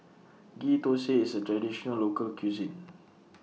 Ghee Thosai IS A Traditional Local Cuisine